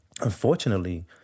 Unfortunately